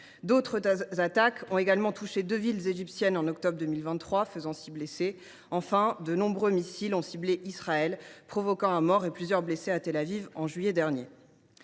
D’autres attaques ont également touché deux villes égyptiennes en octobre 2023, faisant six blessés. Enfin, de nombreux missiles ont ciblé Israël, faisant un mort et plusieurs blessés à Tel Aviv, en juillet dernier.